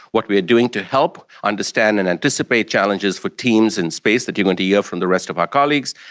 what we are doing to help, understand and anticipate challenges for teams in space, that you are going to hear from the rest of our colleagues,